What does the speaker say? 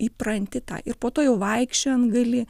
įpranti tą ir po to jau vaikščiojant gali